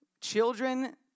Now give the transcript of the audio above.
Children